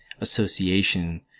association